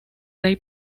rey